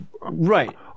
Right